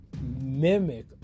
mimic